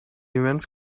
immense